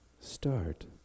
Start